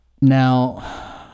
Now